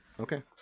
okay